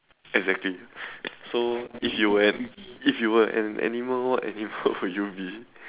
exactly so if you were an if you were an animal what animal would you be